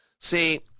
See